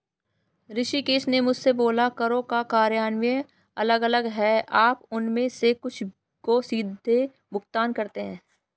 ऋषिकेश ने मुझसे बोला करों का कार्यान्वयन अलग अलग है आप उनमें से कुछ को सीधे भुगतान करते हैं